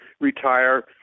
retire